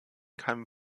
keinem